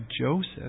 Joseph